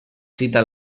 cita